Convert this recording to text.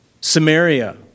Samaria